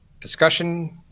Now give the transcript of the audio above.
discussion